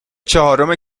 چهارم